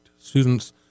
students